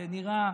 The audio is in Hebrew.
זה נראה,